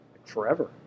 forever